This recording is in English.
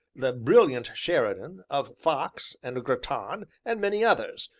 the brilliant sheridan, of fox, and grattan, and many others,